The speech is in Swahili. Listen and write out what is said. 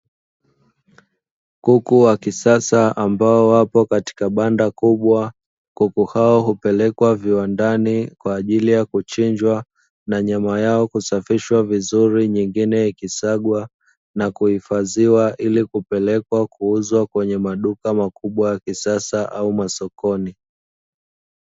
Kuku wa kisasa ambao wapo katika banda kubwa kuku hao hupelekwa viwandani, kwa ajili yakuchinjwa na nyama yao kusafishwa vizuri nyingine ikisagwa na kuifadhiwa ili kupelekwa kuuzwa kwenye maduka makubwa ya kisasa au masokoni.